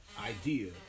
idea